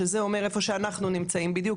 שזה אומר איפה שאנחנו נמצאים בדיוק.